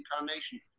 incarnation